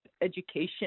education